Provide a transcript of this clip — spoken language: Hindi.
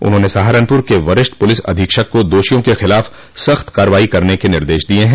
उन्होंने सहारनपुर के वरिष्ठ प्रलिस अधीक्षक को दोषियों के खिलाफ सख्त कार्रवाई करने के निर्देश दिये हैं